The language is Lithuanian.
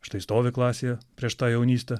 štai stovi klasėje prieš tą jaunystę